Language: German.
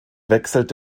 wechselt